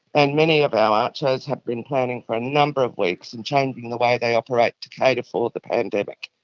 and many of our acchos have been planning for a number of weeks and changing the way they operate to cater for the pandemic,